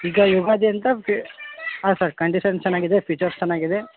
ಈಗ ಯುಗಾದಿ ಅಂತ ಫ್ರಿ ಹಾಂ ಸರ್ ಕಂಡೀಶನ್ ಚೆನ್ನಾಗಿದೆ ಫೀಚರ್ಸ್ ಚೆನ್ನಾಗಿದೆ